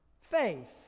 faith